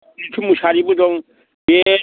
लैथो मुसाहारिबो दं बे